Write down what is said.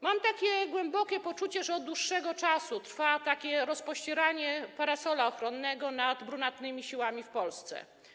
Mam głębokie poczucie, że od dłuższego czasu trwa rozpościeranie parasola ochronnego nad brunatnymi siłami w Polsce.